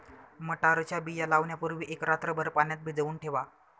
मटारच्या बिया लावण्यापूर्वी एक रात्रभर पाण्यात भिजवून ठेवा